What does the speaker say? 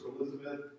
Elizabeth